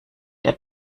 der